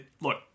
Look